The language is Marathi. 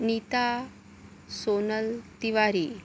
नीता सोनल तिवारी